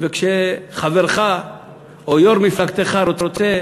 וכשחברך או יו"ר מפלגתך רוצה